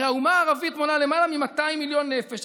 הרי האומה הערבית מונה למעלה מ-200 מיליון נפש,